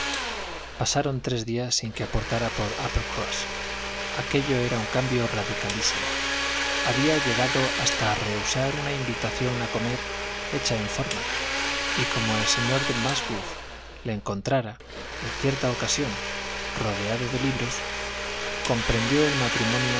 pasaron tres días sin que aportara por uppercross aquello era un carino radicalísimo había llegado hasta rehusar una invitación a comer hecha en forma y como ei señor de musgrove le encontrara en cierta ocasión rodeado de libros comprendió el matrimonio